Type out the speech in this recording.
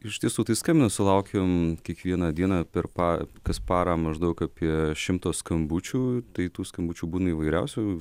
iš tiesų tai skambina sulaukiam kiekvieną dieną per pa kas parą maždaug apie šimtą skambučių tai tų skambučių būna įvairiausių